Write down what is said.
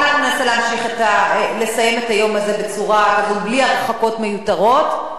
אנחנו ננסה לסיים את היום הזה בלי הרחקות מיותרות,